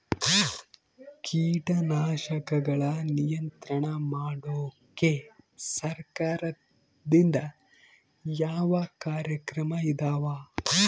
ಕೇಟನಾಶಕಗಳ ನಿಯಂತ್ರಣ ಮಾಡೋಕೆ ಸರಕಾರದಿಂದ ಯಾವ ಕಾರ್ಯಕ್ರಮ ಇದಾವ?